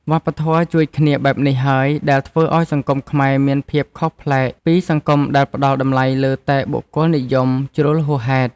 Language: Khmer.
វប្បធម៌ជួយគ្នាបែបនេះហើយដែលធ្វើឱ្យសង្គមខ្មែរមានភាពខុសប្លែកពីសង្គមដែលផ្តល់តម្លៃលើតែបុគ្គលនិយមជ្រុលហួសហេតុ។